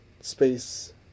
space